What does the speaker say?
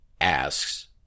asks